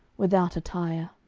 without attire.